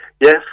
Yes